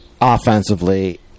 offensively